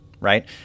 Right